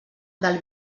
del